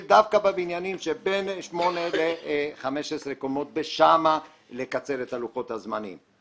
דווקא בבניינים שבין שמונה ל-15 קומות לקצר שם את לוחות הזמנים.